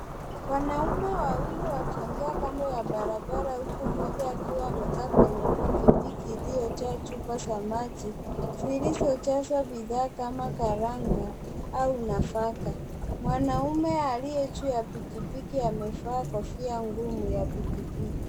Wanaume wawili wakiongea kando ya barabara huku, mmoja akiwa amekaa kwenye pikipiki iliyojaa chupa za maji. Zilizojazwa bidhaa kama, karanga au nafaka. Mwanaume aliyejuu ya pikipiki amevaa kofia ngumu ya pikipiki.